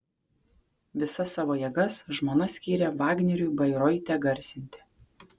visas savo jėgas žmona skyrė vagneriui bairoite garsinti